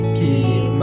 keep